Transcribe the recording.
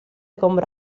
contra